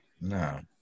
No